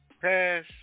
pass